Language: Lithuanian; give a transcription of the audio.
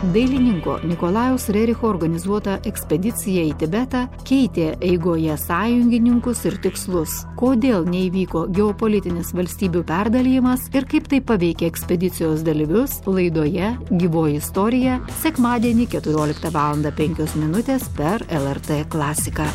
dailininko nikolajaus rericho organizuota ekspedicija į tibetą keitė eigoje sąjungininkus ir tikslus kodėl neįvyko geopolitinis valstybių perdalijimas ir kaip tai paveikė ekspedicijos dalyvius laidoje gyvoji istorija sekmadienį keturioliktą valandą penkios minutės per lrt klasiką